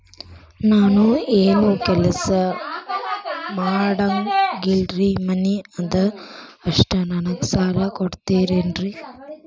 ನಾನು ಏನು ಕೆಲಸ ಮಾಡಂಗಿಲ್ರಿ ಮನಿ ಅದ ಅಷ್ಟ ನನಗೆ ಸಾಲ ಕೊಡ್ತಿರೇನ್ರಿ?